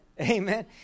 Amen